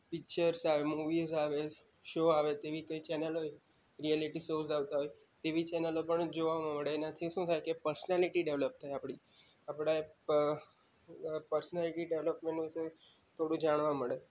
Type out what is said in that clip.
pictures આવે movies આવે show આવે તેવી કઈ ચેનલ હોય રિયાલિટી શોઝ આવતા હોય તેવી ચેનલો પણ જોવા મળે એનાથી શું થાય કે પર્સનાલિટી ડેવલોપ થાય આપણી આપણા પર્સનાલિટી ડેવલપમેન્ટ વિશે થોડું જાણવા મળે